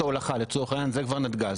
ההולכה לצורך העניין: זה כבר נתג"ז.